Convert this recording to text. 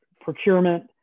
procurement